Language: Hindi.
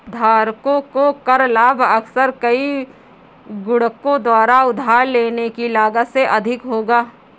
धारकों को कर लाभ अक्सर कई गुणकों द्वारा उधार लेने की लागत से अधिक होगा